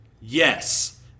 yes